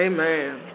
Amen